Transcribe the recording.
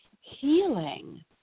healing